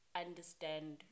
understand